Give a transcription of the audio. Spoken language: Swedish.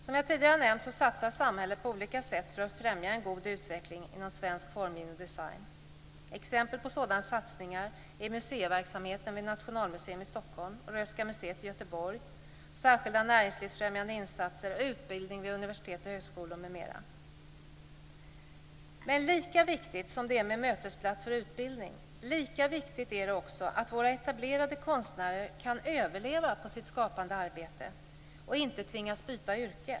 Som jag tidigare nämnt satsar samhället på olika sätt för att främja en god utveckling inom svensk formgivning och design. Exempel på sådana satsningar är museiverksamheten vid Nationalmuseum i Men lika viktigt som det är med mötesplatser och utbildning är det också att våra etablerade konstnärer kan överleva på sitt skapande arbete och inte tvingas byta yrke.